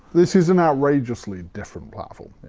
this is an outrageously different platform,